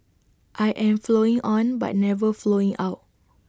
I am flowing on but never flowing out